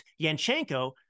Yanchenko